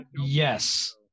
yes